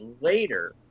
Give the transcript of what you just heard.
later